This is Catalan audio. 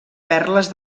perles